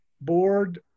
board